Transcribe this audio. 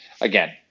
Again